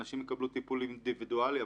אנשים יקבלו טיפול אינדיבידואלי,